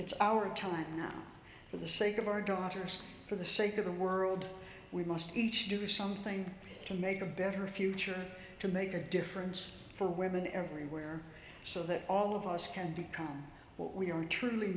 it's our time for the sake of our daughters for the sake of the world we must each do something to make a better future to make a difference for women everywhere so that all of us can become what we are truly